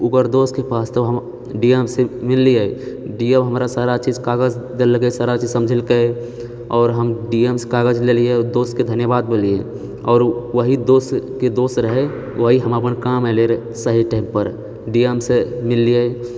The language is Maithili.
ओकर दोस्तके पास तऽ हम डीएमसँ मिललिऐ डी एम हमरा सारा चीज कागज देलकै सारा चीज समझेलकै आओर हम डीएमसँ कागज लेलिए दोस्तके धन्यवाद बोललिऐ आओर ओएह दोस्तके दोस्त रहै वही हम अपन काम एलै रहऽ सही टाइम पर डीएमसे मिललिऐ